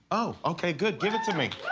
ah okay, good, give it to me.